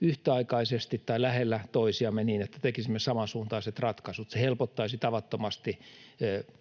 yhtäaikaisesti tai lähellä toisiamme, niin että tekisimme samansuuntaiset ratkaisut. Se helpottaisi tavattomasti